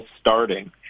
starting